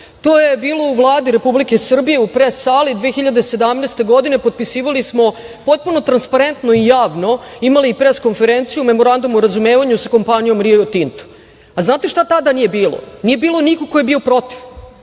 To je bilo u Vladi Republike Srbije, u pres-sali, 2017. godine, potpisivali smo, potpuno transparentno i javno, imali pres-konferenciju, Memorandum o razumevanju sa kompanijom „Rio Tinto“. Znate šta tada nije bilo? Nije bilo nikog ko je bio protiv.